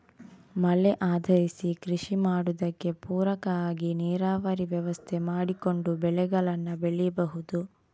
ಮಳೆ ಆಧರಿಸಿ ಕೃಷಿ ಮಾಡುದಕ್ಕೆ ಪೂರಕ ಆಗಿ ನೀರಾವರಿ ವ್ಯವಸ್ಥೆ ಮಾಡಿಕೊಂಡು ಬೆಳೆಗಳನ್ನ ಬೆಳೀಬಹುದು